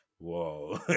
Whoa